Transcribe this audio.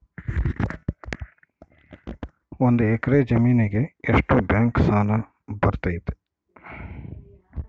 ಒಂದು ಎಕರೆ ಜಮೇನಿಗೆ ಎಷ್ಟು ಬ್ಯಾಂಕ್ ಸಾಲ ಬರ್ತೈತೆ?